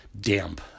damp